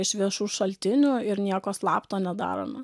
iš viešų šaltinių ir nieko slapto nedarome